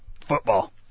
Football